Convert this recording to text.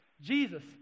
Jesus